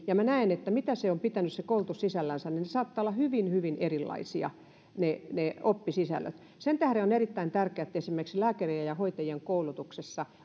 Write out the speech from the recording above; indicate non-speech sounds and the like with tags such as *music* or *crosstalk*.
ja näen mitä se koulutus on pitänyt sisällänsä niin saattavat olla hyvin hyvin erilaisia ne ne oppisisällöt sen tähden on erittäin tärkeää että esimerkiksi lääkärien ja hoitajien koulutuksessa *unintelligible*